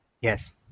Yes